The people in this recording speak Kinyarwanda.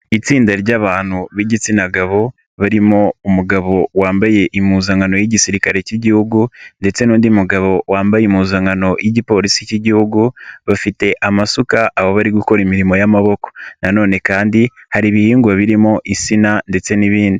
Itsinda ry'abantu b'igitsina gabo barimo umugabo wambaye impuzankano y'Igisirikare k'Igihugu ndetse n'undi mugabo wambaye impuzankano y'Igipolisi k'Igihugu bafite amasuka aho bari gukora imirimo y'amaboko nanone kandi hari ibihingwa birimo insina ndetse n'ibindi.